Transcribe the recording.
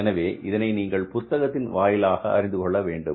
எனவே இதனை நீங்கள் புத்தகத்தின் வாயிலாக அறிந்து கொள்ள வேண்டும்